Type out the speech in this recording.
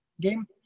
game